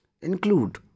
include